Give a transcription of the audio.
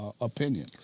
opinion